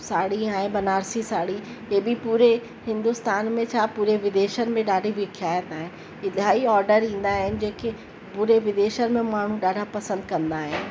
साड़ी आहे बनारसी साड़ी हे बि पूरे हिन्दुस्तान में छा पूरे विदेशनि में ॾाढी विख्यात आहे इलाही ऑडर ईंदा आहिनि जेके पूरे विदेशनि में माण्हू ॾाढा पसंदि कंदा आहिनि